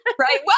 Right